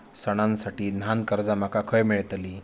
सणांसाठी ल्हान कर्जा माका खय मेळतली?